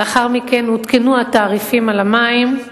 לאחר מכן עודכנו התעריפים של המים.